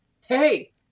hey